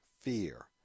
fear